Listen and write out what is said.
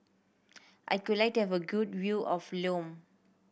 I could like to have a good view of Lome